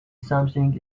something